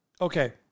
Okay